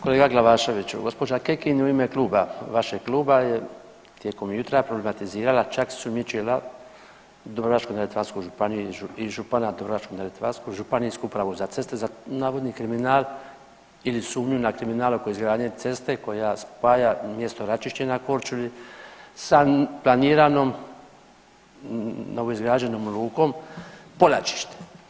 Kolega Glavaševiću gospođa Kekin u ime kluba, vašeg kluba je tijekom jutra problematizirala, čak sumnjičila Dubrovačko-neretvansku županiju i župana Dubrovačko-neretvanskog, Županijsku upravu za ceste za navodni kriminal ili sumnju na kriminal oko izgradnje ceste koja spaja mjesto Račišće na Korčuli sa planiranom novo izgrađenom lukom Polačište.